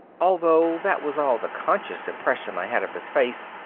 although that was all the conscious impression i had of his face,